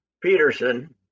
Peterson